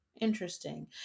interesting